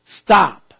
Stop